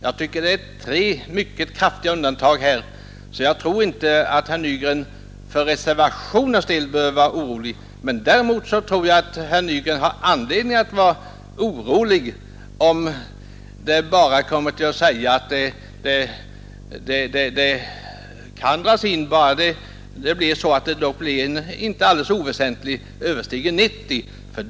Jag tycker detta är tre mycket kraftiga undantag, så jag tror inte att herr Nygren behöver vara orolig för reservationen. Däremot tror jag att han har anledning att vara orolig om man endast uttalar att polisdistrikt kan dras in bara antalet inte alldeles oväsentligt överstiger 90.